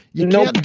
you know,